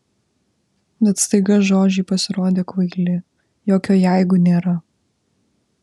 bet staiga žodžiai pasirodė kvaili jokio jeigu nėra